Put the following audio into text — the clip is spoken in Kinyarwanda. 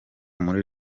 muri